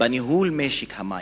הבעיה היא בניהול משק המים,